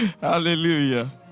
Hallelujah